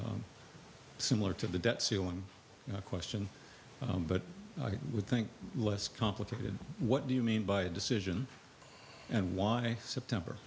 similar to the debt ceiling question but i would think less complicated what do you mean by a decision and why september